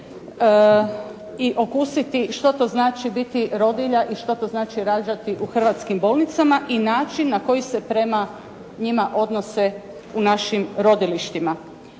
i okusiti što to znači biti rodilja i što to znači rađati u hrvatskim bolnicama i način na koji se prema njima odnose u našim rodilištima.